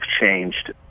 changed